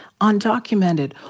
undocumented